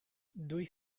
durch